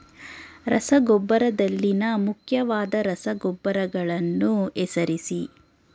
ರಸಗೊಬ್ಬರದಲ್ಲಿನ ಮುಖ್ಯವಾದ ರಸಗೊಬ್ಬರಗಳನ್ನು ಹೆಸರಿಸಿ?